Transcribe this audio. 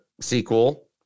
sequel